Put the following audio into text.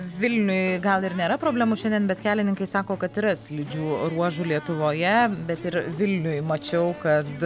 vilniuj gal ir nėra problemų šiandien bet kelininkai sako kad yra slidžių ruožų lietuvoje bet ir vilniuj mačiau kad